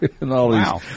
Wow